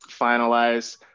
finalize